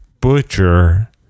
butcher